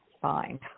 fine